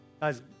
Guys